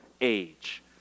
age